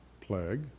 plague